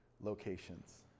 locations